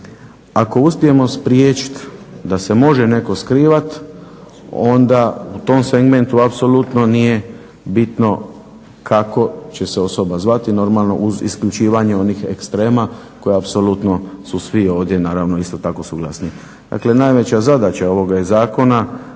Ako uspijemo spriječit da se može neko skrivat onda u tom segmentu apsolutno nije bitno kako će se osoba zvati. Normalno uz isključivanje onih ekstrema koje su apsolutno su svi naravno isto tako suglasni. Dakle, najveća zadaća ovoga je zakona